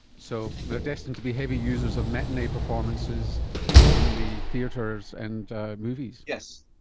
so they are destined to be heavy users of matinee performances in the theatres and movies. yes,